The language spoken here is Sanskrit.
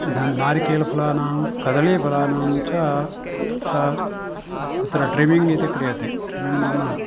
नारिकेलफलानां कदलीफलानां च तत्र तत्र ट्रिमिङ्ग् इति क्रियते ट्रिमिङ्ग् नाम